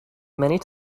many